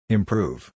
Improve